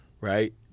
right